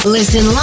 Listen